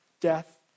death